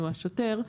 או השוטר,